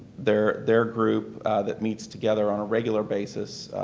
their their group that meets together on a regular basis,